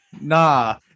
Nah